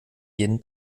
jeden